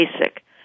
basic